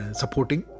supporting